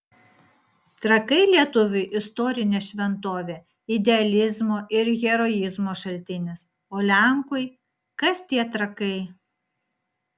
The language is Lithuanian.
trakai lietuviui istorinė šventovė idealizmo ir heroizmo šaltinis o lenkui kas tie trakai